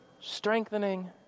strengthening